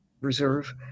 reserve